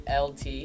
LT